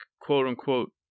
quote-unquote